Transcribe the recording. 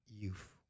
youth